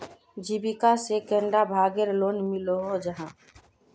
जीविका से कैडा भागेर लोन मिलोहो जाहा?